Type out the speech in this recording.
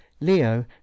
Leo